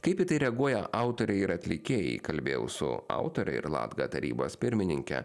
kaip į tai reaguoja autoriai ir atlikėjai kalbėjau su autore ir latga tarybos pirmininke